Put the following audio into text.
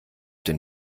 den